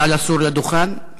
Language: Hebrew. נא לסור לדוכן.